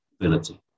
ability